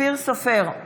אופיר סופר,